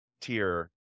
tier